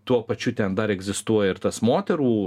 tuo pačiu ten dar egzistuoja ir tas moterų